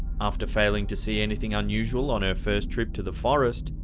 after failing to see anything unusual on her first trip to the forest,